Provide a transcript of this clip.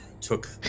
took